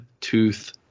Tooth